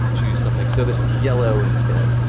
and choose something. so this yellow instead.